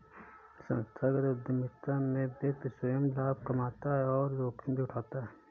संस्थागत उधमिता में व्यक्ति स्वंय लाभ कमाता है और जोखिम भी उठाता है